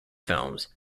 films